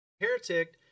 heretic